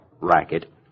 racket